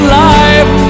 life